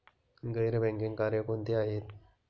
गैर बँकिंग कार्य कोणती आहेत?